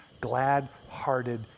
Glad-hearted